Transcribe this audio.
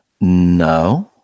No